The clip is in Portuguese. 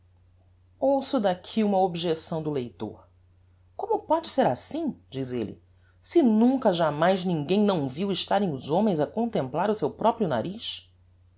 ouço daqui uma objecção do leitor como pode ser assim diz elle se nunca jamais ninguem não viu estarem os homens a contemplar o seu proprio nariz